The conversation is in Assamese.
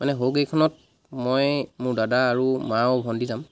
মানে সৰুকেইখনত মই মোৰ দাদা আৰু মা আৰু ভন্টি যাম